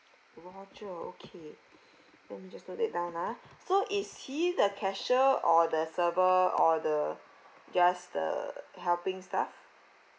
roger okay let me just note that down ah so is he the cashier or the server or the just the helping staff